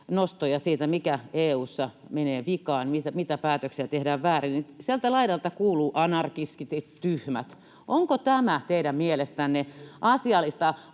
nostoja siitä, mikä EU:ssa menee vikaan, mitä päätöksiä tehdään väärin, niin sieltä laidalta kuuluu ”anarkistit”, ”tyhmät”. Onko tämä teidän mielestänne asiallista